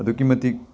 ꯑꯗꯨꯛꯀꯤ ꯃꯇꯤꯛ